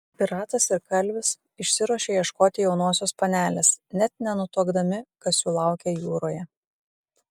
piratas ir kalvis išsiruošia ieškoti jaunosios panelės net nenutuokdami kas jų laukia jūroje